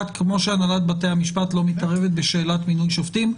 כמו שהנהלת בתי המשפט לא מתערבת בשאלת מינוי שופטים.